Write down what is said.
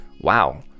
wow